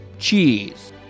Cheese